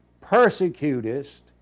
persecutest